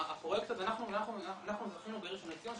אנחנו זכינו בראשון לציון,